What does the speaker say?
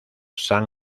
sam